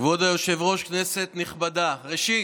כבוד היושב-ראש, כנסת נכבדה, ראשית,